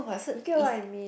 you get what I mean